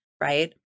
right